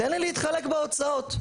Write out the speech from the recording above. תן לי להתחלק בהוצאות,